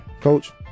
Coach